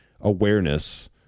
awareness